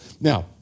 Now